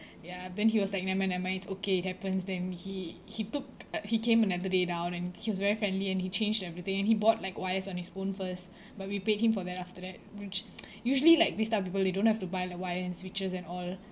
ya then he was like never mind never mind it's okay it happens then he he took he came another day down and he was very friendly and he changed everything and he bought like wires on his own first but we paid him for that after that which usually like this type people they don't have to buy the wire and switches and all